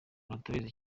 batabizi